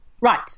Right